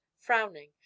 frowning